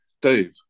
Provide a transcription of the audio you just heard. Dave